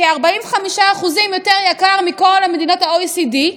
בכ-45% יותר יקר מכל מדיניות ה-OECD,